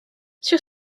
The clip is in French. sur